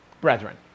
brethren